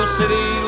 city